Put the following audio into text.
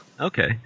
Okay